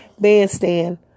bandstand